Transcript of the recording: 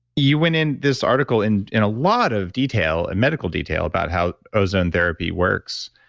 you went in this article in in a lot of detail, and medical detail, about how ozone therapy works.